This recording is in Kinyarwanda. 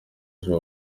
church